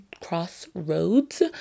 crossroads